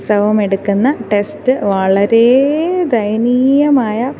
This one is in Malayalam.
സ്രവം എടുക്കുന്ന ടെസ്റ്റ് വളരേ ദയനീയമായ